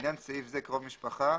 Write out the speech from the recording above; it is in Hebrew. לעניין סעיף זה "קרוב משפחה"